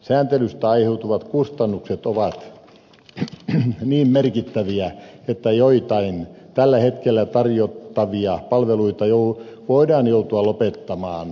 sääntelystä aiheutuvat kustannukset ovat niin merkittäviä että joitain tällä hetkellä tarjottavia palveluita voidaan joutua lopettamaan